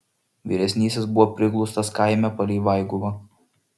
vyresnysis buvo priglaustas kaime palei vaiguvą